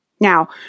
Now